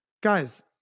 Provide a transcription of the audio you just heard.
guys